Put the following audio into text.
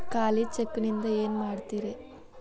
ಖಾಲಿ ಚೆಕ್ ನಿಂದ ಏನ ಮಾಡ್ತಿರೇ?